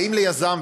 באים ליזם,